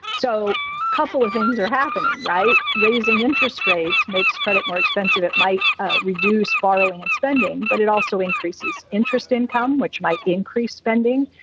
so couple of things are happening, right? raising interest rates makes credit more expensive. it might ah reduce borrowing and spending, but it also increases interest income, which might increase spending.